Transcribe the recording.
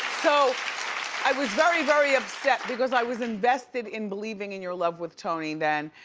so i was very very upset because i was invested in believing in your love with toni then,